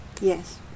yes